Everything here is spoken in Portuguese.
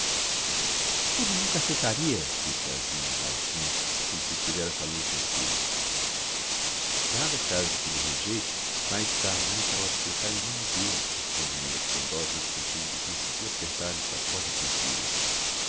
elle nunca acceitaria disse a zina baixinho como se estivera falando comsigo dado o caso de que elle rejeite lá está a mãe para o acceitar em nome d'elle responde maria alexandrovna sentindo que conseguiu acertar lhe com a corda sensivel